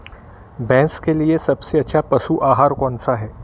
भैंस के लिए सबसे अच्छा पशु आहार कौनसा है?